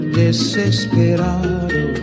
desesperado